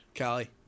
Callie